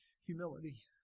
humility